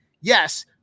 Yes